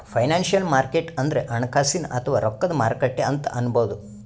financial market ಅಂದ್ರ ಹಣಕಾಸಿನ್ ಅಥವಾ ರೊಕ್ಕದ್ ಮಾರುಕಟ್ಟೆ ಅಂತ್ ಅನ್ಬಹುದ್